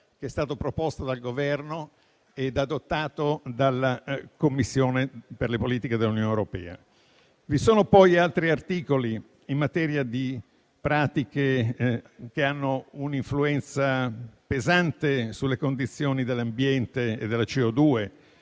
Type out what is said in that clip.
che è stato proposto dal Governo e adottato dalla Commissione politiche dell'Unione europea. Vi sono poi altri articoli in materia di pratiche che hanno un'influenza pesante sulle condizioni dell'ambiente e della CO2,